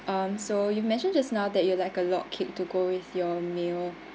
um so you mentioned just now that you'd like a log cake to go with your meal